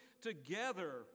together